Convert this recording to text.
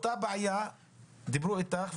על אותה בעיה דיברו איתך,